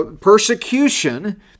persecution